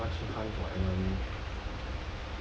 我要去 hunt for enemy